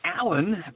Alan